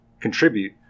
contribute